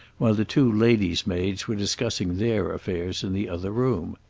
while the two lady's maids were discussing their affairs in the other room.